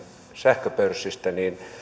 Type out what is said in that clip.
sähköpörssistä niin